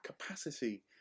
capacity